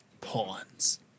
pawns